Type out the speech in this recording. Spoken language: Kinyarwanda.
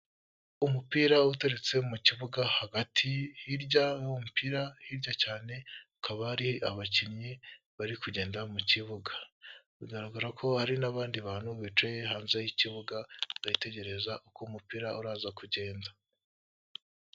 Umupira uturutse mu kibuga hagati hirya y'umupira hirya cyane ukaba ari abakinnyi bari kugenda mu kibuga, bigaragara ko hari n'abandi bantu bicaye hanze y'ikibuga bitegereza uko umupira uraza kugenda.